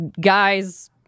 guys